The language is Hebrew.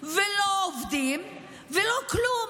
ולא עובדים ולא כלום,